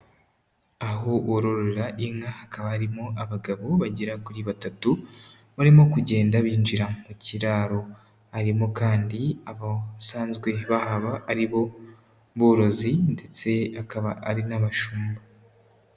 Aho wororera inka, hakaba harimo abagabo bagera kuri batatu, barimo kugenda binjira mu kiraro, harimo kandi abasanzwe bahaba, ari bo borozi ndetse akaba ari n'abashumba.